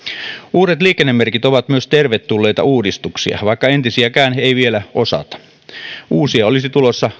uudet liikennemerkit ovat myös tervetulleita uudistuksia vaikka entisiäkään ei vielä osata uusia olisi tulossa